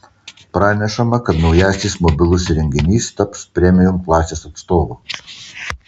pranešama kad naujasis mobilus įrenginys taps premium klasės atstovu